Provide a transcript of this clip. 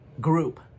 group